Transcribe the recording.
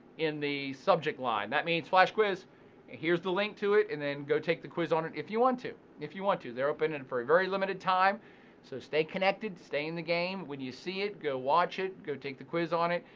in the subject line. that means flash quiz and here's the link to it and then go take the quiz on it if you want to. if you want to. they're open and for a very limited time so stay connected. stay in the game. when you see it go watch it, go take the quiz on it.